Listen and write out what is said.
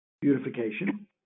beautification